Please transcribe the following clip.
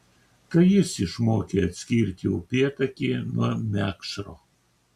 tai jis išmokė atskirti upėtakį nuo mekšro